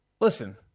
listen